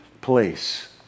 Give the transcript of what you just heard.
place